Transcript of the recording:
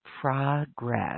progress